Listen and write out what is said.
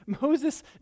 Moses